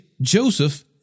Joseph